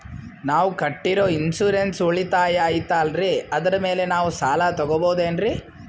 ನಾವು ಕಟ್ಟಿರೋ ಇನ್ಸೂರೆನ್ಸ್ ಉಳಿತಾಯ ಐತಾಲ್ರಿ ಅದರ ಮೇಲೆ ನಾವು ಸಾಲ ತಗೋಬಹುದೇನ್ರಿ?